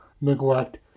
neglect